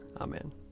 Amen